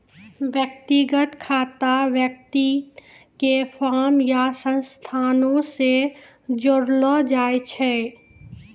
व्यक्तिगत खाता व्यक्ति के फर्म या संस्थानो से जोड़लो जाय छै